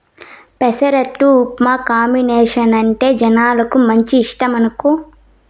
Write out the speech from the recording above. పెసరట్టు ఉప్మా కాంబినేసనంటే జనాలకు మంచి ఇష్టమనుకో